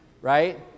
right